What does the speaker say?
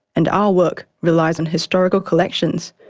and our work relies on historical collections,